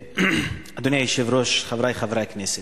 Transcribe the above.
אדוני היושב-ראש, חברי חברי הכנסת,